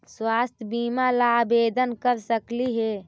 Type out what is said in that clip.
स्वास्थ्य बीमा ला आवेदन कर सकली हे?